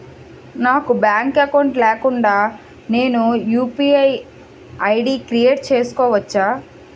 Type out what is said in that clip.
నాకు bank account లేకుండా నేను యు.పి.ఐ ఐ.డి క్రియేట్ చేసుకోవచ్చా?